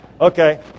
Okay